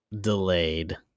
delayed